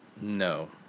No